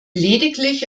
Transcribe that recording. lediglich